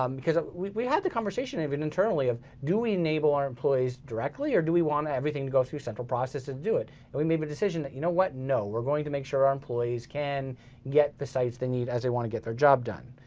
um because ah we we had the conversation, even internally of, do we enable our employees directly or do we want everything to go through central process to do it, and we made the decision, that you know what? no, we're going to make sure our employees can get the sites they need as they wanna get their job done.